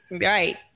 right